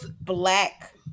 black